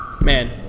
man